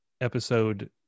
episode